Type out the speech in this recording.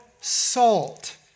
salt